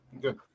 Good